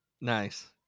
Nice